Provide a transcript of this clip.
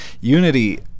Unity